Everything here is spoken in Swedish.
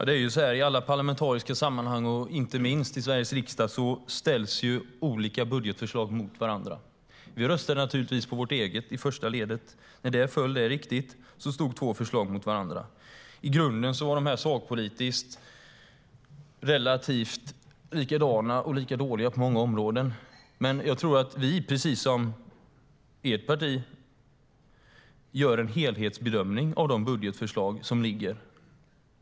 Herr talman! I alla parlamentariska sammanhang, inte minst i Sveriges riksdag, ställs olika budgetförslag mot varandra. Vi röstade naturligtvis på vårt eget i första ledet, men när det föll stod två förslag mot varandra - det är riktigt. I grunden var de sakpolitiskt relativt likadana och lika dåliga på många områden, men jag tror att vi precis som ert parti, Niclas Malmberg, gör en helhetsbedömning av de budgetförslag som ligger.